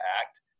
act